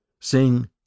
Sing